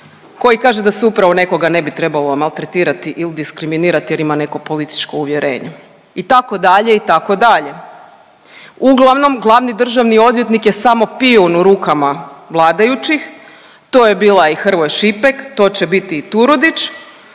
koji kaže da se upravo nekoga ne bi trebalo maltretirati ili diskriminirati je im neko političko uvjerenje itd. itd. Uglavnom glavni državni odvjetnik je samo pijun u rukama vladajućih. To je bila i Hrvoj-Šipek, to će biti i Turudić,